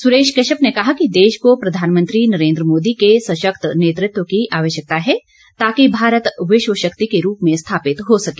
सुरेश कश्यप ने कहा कि देश को प्रधानमंत्री नरेंद्र मोदी के सशक्त नेतृत्व की आवश्यकता है ताकि भारत विश्व शक्ति के रूप में स्थापित हो सके